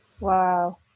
Wow